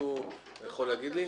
מישהו יכול להגיד לנו?